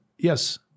Yes